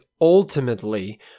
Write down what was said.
ultimately